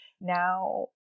Now